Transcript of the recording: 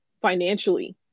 financially